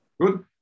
Good